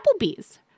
Applebee's